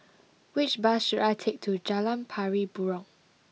which bus should I take to Jalan Pari Burong